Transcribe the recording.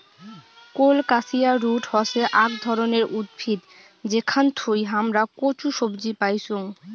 colocasia root হসে আক ধরণের উদ্ভিদ যেখান থুই হামরা কচু সবজি পাইচুং